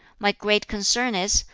my great concern is,